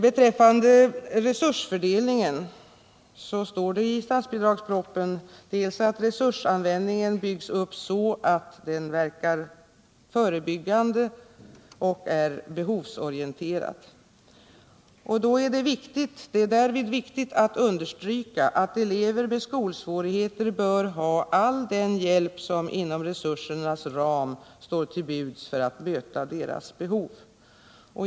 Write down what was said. Beträffande resursfördelning står det i statsbidragspropositionen att resursanvändningen byggs upp så att den verkar förebyggande och är behovsorienterad. Det är därvid viktigt att understryka att elever med skolsvårigheter bör ha all den hjälp som inom resursernas ram står till buds för att möta deras behov.